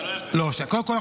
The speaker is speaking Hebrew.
קודם כול,